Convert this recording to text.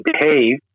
behave